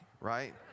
right